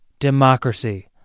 Democracy